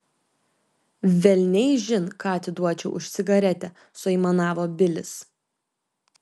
velniaižin ką atiduočiau už cigaretę suaimanavo bilis